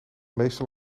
meestal